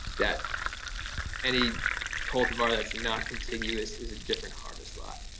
that any cultivar that is not contiguous is a different harvest lot.